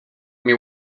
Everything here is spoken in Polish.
mnie